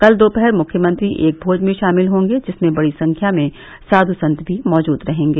कल दोपहर मुख्यमंत्री एक भोज में शमिल होंगे जिसमें बड़ी संख्या में साधु संत भी मौजूद रहेंगे